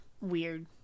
weird